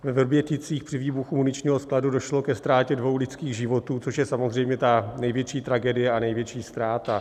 Ve Vrběticích při výbuchu muničního skladu došlo ke ztrátě dvou lidských životů, což je samozřejmě ta největší tragédie a největší ztráta.